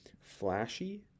flashy